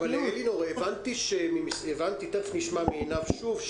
הבנתי תיכף נשמע מעינב לוק שוב,